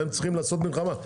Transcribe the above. הם צריכים לעשות מלחמה.